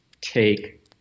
take